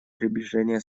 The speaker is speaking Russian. приближение